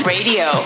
Radio